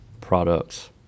products